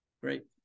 Great